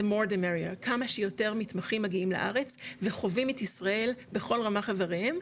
כמה שיותר מתמחים מגיעים לארץ וחווים את ישראל בכל 'רמ"ח איבריהם',